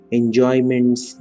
enjoyments